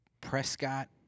Prescott